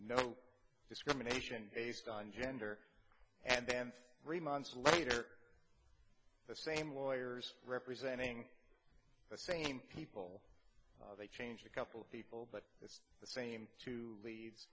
no discrimination based on gender and then three months later the same lawyers representing the same people they change a couple of people but it's the same two lea